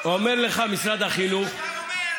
איציק שמולי,